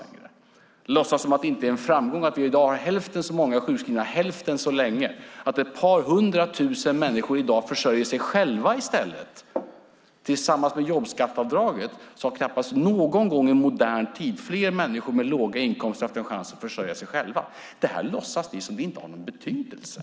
Ni låtsas som om det inte är en framgång att vi i dag har hälften så många sjukskrivna hälften så länge och att ett par hundra tusen människor i dag försörjer sig själva i stället. Det har, tillsammans med jobbskatteavdraget, gjort att knappast någon gång i modern tid har fler människor med låga inkomster haft en chans att försörja sig själva. Ni låtsas som om detta inte har någon betydelse.